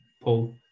Paul